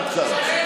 עד כאן.